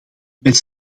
met